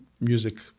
music